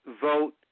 vote